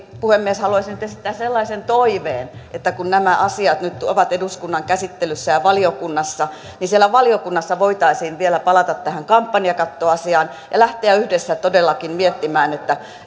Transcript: puhemies haluaisin nyt esittää sellaisen toiveen että kun nämä asiat nyt ovat eduskunnan käsittelyssä ja valiokunnassa niin siellä valiokunnassa voitaisiin vielä palata tähän kampanjakattoasiaan ja lähteä yhdessä todellakin miettimään